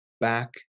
back